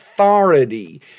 authority